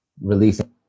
releasing